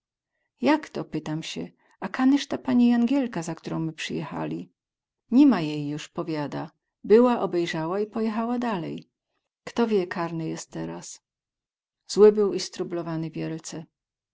wracać jako pytam sie a kanyz ta pani jangielka za którą my przyjechali ni ma jej juz powiada była obejrzała i pojechała dalej kto wie karny jest teraz zły był i stróbowany wielce